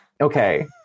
Okay